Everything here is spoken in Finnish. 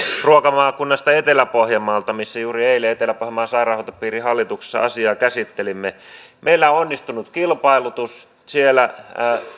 ruokamaakunnasta etelä pohjanmaalta missä juuri eilen etelä pohjanmaan sairaanhoitopiirin hallituksessa asiaa käsittelimme meillä on onnistunut kilpailutus siellä